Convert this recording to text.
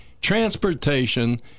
transportation